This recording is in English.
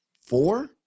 four